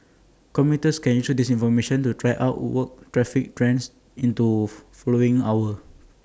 commuters can use this information to try work out traffic trends into following hour